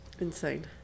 Insane